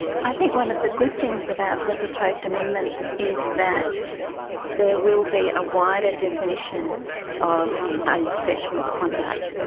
i think one of the good things about the proposed amendments is that there will be a wider definition of unprofessional conduct.